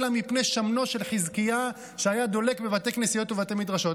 אלא מפני שמנו של חזקיה שהיה דולק בבתי כנסיות ובבתי מדרשות.